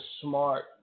smart